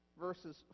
verses